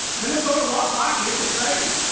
minnesota loves hockey. it's exciting.